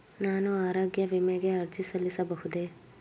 ನಾನು ಆರೋಗ್ಯ ವಿಮೆಗೆ ಅರ್ಜಿ ಸಲ್ಲಿಸಬಹುದೇ?